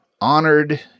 honored